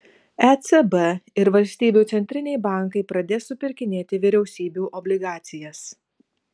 ecb ir valstybių centriniai bankai pradės supirkinėti vyriausybių obligacijas